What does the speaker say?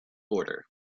border